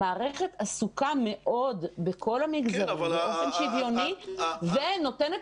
המערכת עסוקה מאוד בכל המגזרים באופן שוויוני ונותנת